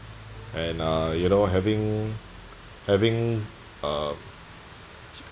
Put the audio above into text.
and uh you know having having uh